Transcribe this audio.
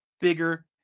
bigger